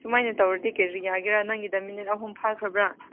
ꯁꯨꯃꯥꯏꯅ ꯇꯧꯔꯗꯤ ꯀꯔꯤ ꯌꯥꯒꯦꯔꯥ ꯅꯪꯒꯤꯗ ꯃꯤꯅꯠ ꯑꯍꯨꯝ ꯐꯥꯈ꯭ꯔꯕ